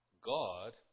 God